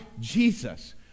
Jesus